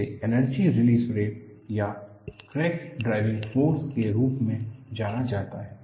इसे energy release rate या crack driving force के रूप में जाना जाता है